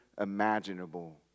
imaginable